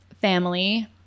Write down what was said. family